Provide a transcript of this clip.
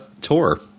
tour